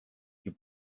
you